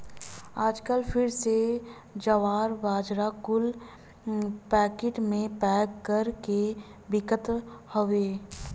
आजकल फिर से जवार, बाजरा कुल पैकिट मे पैक कर के बिकत हउए